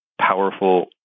powerful